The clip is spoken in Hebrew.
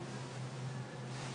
גם שם